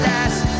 Last